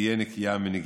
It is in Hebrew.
תהיה נקייה מנגיעות.